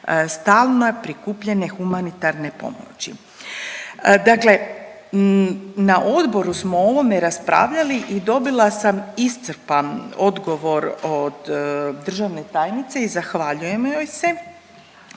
stalno prikupljene humanitarne pomoći. Dakle, na odboru smo ovome raspravljali i dobila sam iscrpan odgovor od državne tajnice i zahvaljujem joj se.